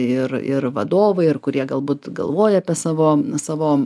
ir ir vadovai ir kurie galbūt galvoja apie savo savo